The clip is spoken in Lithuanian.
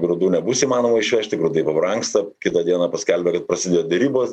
grūdų nebus įmanoma išvežti grūdai pabrangsta kitą dieną paskelbia kad prasided derybos